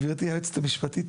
גבירתי היועצת המשפטית,